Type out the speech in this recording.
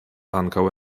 ankaŭ